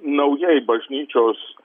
naujai bažnyčios